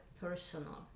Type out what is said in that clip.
personal